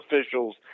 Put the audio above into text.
officials